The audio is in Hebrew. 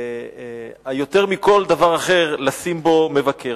יותר מכל דבר אחר, לשים בו מבקר.